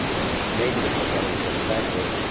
and maybe to put that in perspective